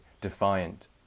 defiant